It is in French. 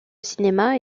cinéma